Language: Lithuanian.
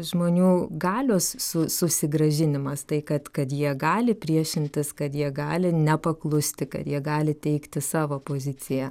žmonių galios susigrąžinimas tai kad kad jie gali priešintis kad jie gali nepaklusti kad jie gali teikti savo poziciją